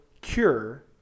cure